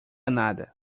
nada